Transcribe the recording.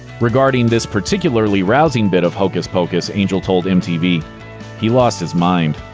regarding this particularly rousing bit of hocus pocus, angel told mtv he lost his mind.